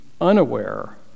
unaware